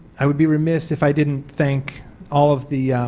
i would be remiss if i didn't think all of the